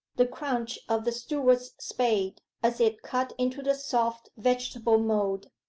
the crunch of the steward's spade, as it cut into the soft vegetable mould,